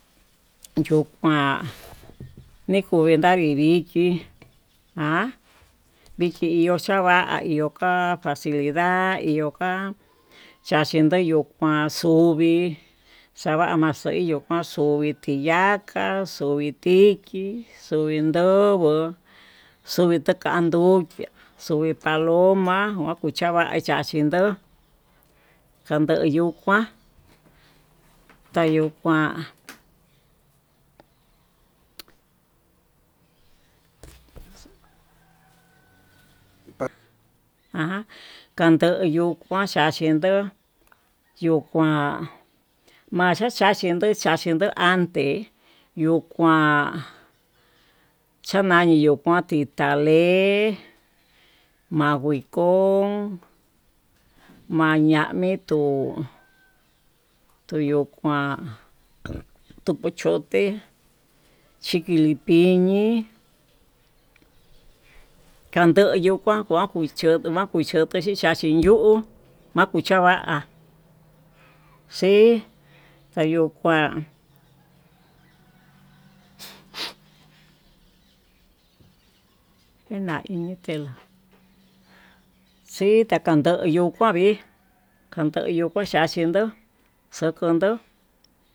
Uyo'o kuan mejonre nda'a vivixhí jan vichi iho xava'a viokandá xiurida iho kuan, chachiyo yuu kuan xuvii xava'a maxeyu kuán, xovii tiyaka xovii tikii, xovii ndobo'o xovii takan ndokiá xovii paloma chava'a chachindó kandoyu kuan kayuu kuan, ajan kandoyo kuxhaxhin ndo yokuan maxhaxaxi ndo xhaxhindo kandeyuu kuan, chavayi yuu kuan titalé maguikon mayami tuu tuyuu kuan tuu kue choté chiki lipiñi kandoyo kuan kue cho'o kuan kué choto chuchachi yuu, makuichava'a xii kayuu kuan jena'a iñe tén xita'a kandoyo kua vii kandoyo kuaxhaxi ndo'ó xokondo.